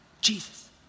Jesus